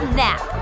nap